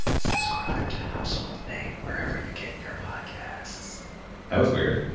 subscribe to household name wherever you get your podcasts that was weird